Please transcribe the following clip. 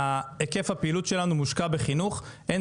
אין ספק שצריכים לחזק את נושא האנגלית במדינת ישראל.